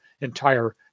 entire